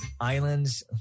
islands